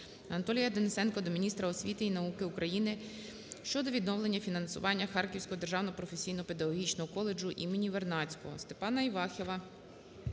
Анатолія Денисенка до міністра освіти і науки України щодо відновлення фінансування Харківського Державного професійно-педагогічного коледжу імені Вернадського.